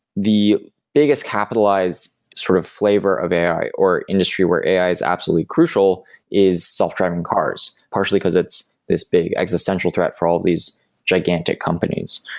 the biggest capitalize sort of flavor of ai or industry where ai is absolutely crucial is self-driving cars, partially because it's this big existential threat for all of these gigantic companies.